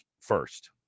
first